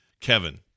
Kevin